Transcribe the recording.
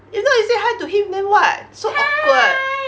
if not you say hi to him then what so awkward